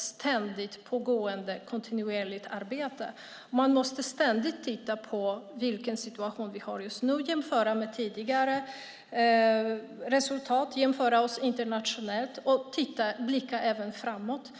ständigt pågående. Vi måste hela tiden titta på vilken situation vi har och jämföra med tidigare resultat. Vi måste jämföra oss internationellt och även blicka framåt.